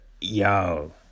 yo